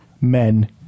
men